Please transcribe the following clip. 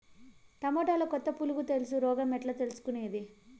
టమోటాలో కొత్త పులుగు తెలుసు రోగం ఎట్లా తెలుసుకునేది?